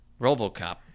Robocop